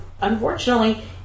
unfortunately